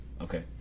okay